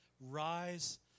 rise